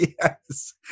yes